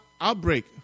outbreak